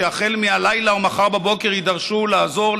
שהחל מהלילה או מחר בבוקר יידרשו לעזור,